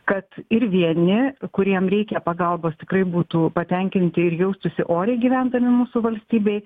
kad ir vieni kuriem reikia pagalbos tikrai būtų patenkinti ir jaustųsi oriai gyvendami mūsų valstybėj